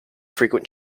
frequent